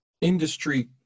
industry